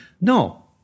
no